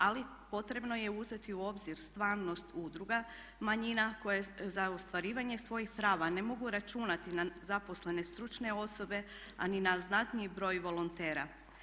Ali potrebno je uzeti u obzir stvarnost udruga manjina koje za ostvarivanje svojih prava ne mogu računati na zaposlene stručne osobe a ni na znatniji broj volontera.